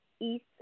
east